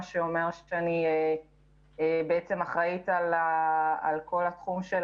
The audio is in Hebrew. מה שאומר שאני אחראית על כל התחום של